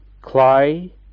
Clay